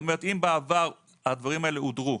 בעבר הדברים האלה הודרו.